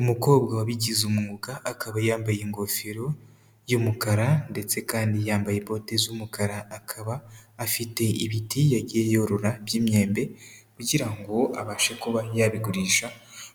Umukobwa wabigize umwuga akaba yambaye ingofero y'umukara ndetse kandi yambaye boti z'umukara, akaba afite ibiti yagiye yorora by'imyembe, kugira ngo abashe kuba yabigurisha